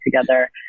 together